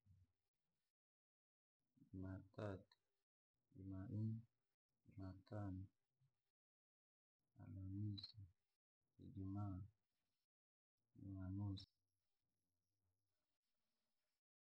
Jumatatu, jumaine, jumatano, alihamisi, ijumaa, jumamosi, jumapili.